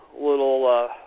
little